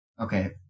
okay